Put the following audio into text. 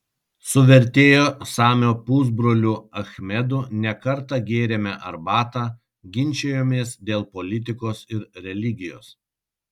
su vertėjo samio pusbroliu achmedu ne kartą gėrėme arbatą ginčijomės dėl politikos ir religijos